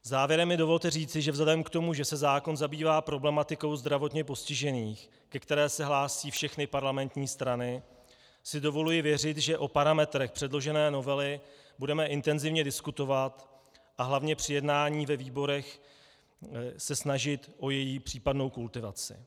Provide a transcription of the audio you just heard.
Závěrem mi dovolte říci, že vzhledem k tomu, že se zákon zabývá problematikou zdravotně postižených, ke které se hlásí všechny parlamentní strany, si dovoluji věřit, že o parametrech předložené novely budeme intenzivně diskutovat a hlavně při jednání ve výborech se snažit o její případnou kultivaci.